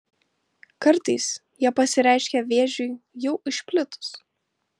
kartais jie pasireiškia vėžiui jau išplitus